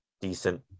decent